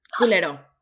culero